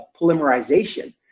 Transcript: polymerization